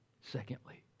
Secondly